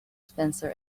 spencer